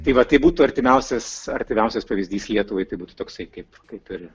tai va tai būtų artimiausias artimiausias pavyzdys lietuvai tai būtų toksai kaip kaip ir